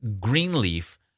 Greenleaf